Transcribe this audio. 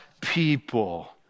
people